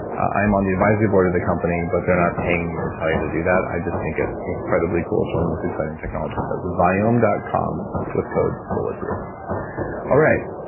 i'm on the advisory board of the company, but they're not paying me to tell you to do that. i just think it's incredibly cool. it's one of the most exciting technologies that's viome dot com with code bulletproof all right,